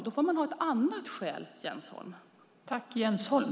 Då får man ha ett annat skäl, Jens Holm.